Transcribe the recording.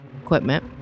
equipment